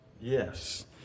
Yes